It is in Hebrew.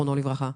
זיכרונו לברכה,